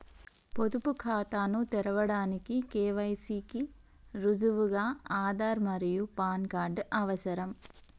పొదుపు ఖాతాను తెరవడానికి కే.వై.సి కి రుజువుగా ఆధార్ మరియు పాన్ కార్డ్ అవసరం